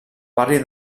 barri